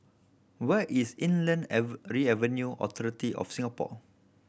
where is Inland Revenue Authority of Singapore